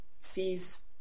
sees